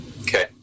Okay